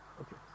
Okay